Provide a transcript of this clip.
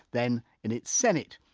then in its senate.